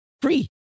Free